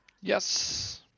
yes